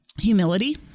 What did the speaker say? Humility